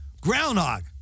Groundhog